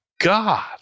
God